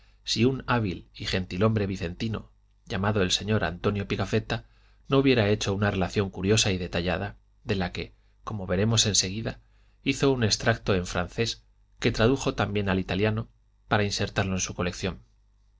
si un hábil y gentilhombre vicentinoy llamado el señor antonio pigafetta no hubiera hecho una relación curiosa y detallada de la que como veremos en seguida hizo un extracto en francés que tradujo también al italiano para insertarlo en su colección